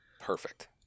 Perfect